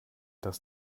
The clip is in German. dass